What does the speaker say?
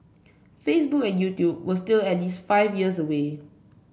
Facebook and YouTube were still at least five years away